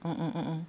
mm mm mm